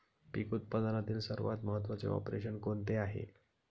पीक उत्पादनातील सर्वात महत्त्वाचे ऑपरेशन कोणते आहे?